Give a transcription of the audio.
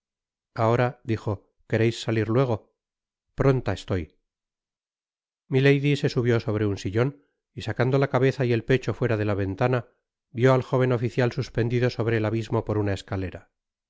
ahora dijo quereis salir luego pronta estoy milady se subió sobre un sillon y sacando la cabeza y et pecho fuera de la ventana vió at jóven oficial suspendido sobre el abismo por una escala